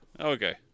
okay